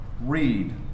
read